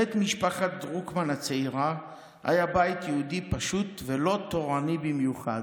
בית משפחת דרוקמן הצעירה היה בית יהודי פשוט ולא תורני במיוחד.